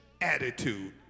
attitude